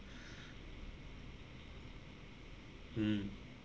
mm